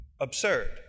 absurd